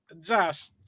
Josh